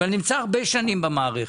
אבל נמצא הרבה שנים במערכת,